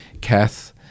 Kath